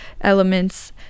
elements